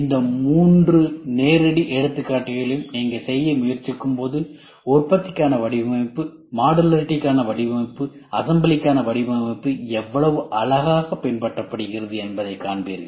இந்த மூன்று நேரடி எடுத்துக்காட்டுகளையும் நீங்கள் செய்ய முயற்சிக்கும்போது உற்பத்திக்காக வடிவமைப்புமாடுலாரிடிகான வடிவமைப்பு அசம்பிளிக்கான வடிவமைப்பு எவ்வளவு அழகாக பின்பற்றப் படுகிறது என்பதை காண்பீர்கள்